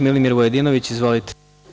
Milimir Vujadinović, izvolite.